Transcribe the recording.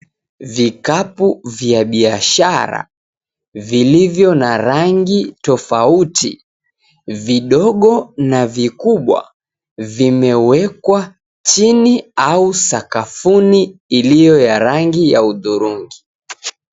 Vikapu vya biashara vilivyo na rangi tofauti, vidogo na vikubwa vimewekwa chini au sakafuni iliyo ya rangi ya hudhurungi.